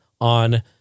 on